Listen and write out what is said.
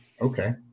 okay